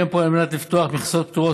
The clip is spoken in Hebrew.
וכן פועל על מנת לפתוח מכסות פטורות